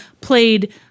played